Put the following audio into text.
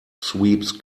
sweeps